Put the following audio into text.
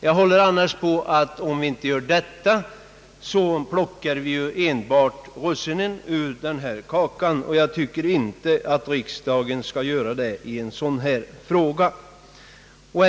Jag håller annars på att vi, om vi inte gör så, plockar enbart russinen ur denna kaka. Jag tycker inte att riksdagen skall göra det i ett sådant här fall.